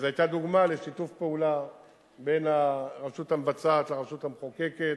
וזו היתה דוגמה לשיתוף פעולה בין הרשות המבצעת לרשות המחוקקת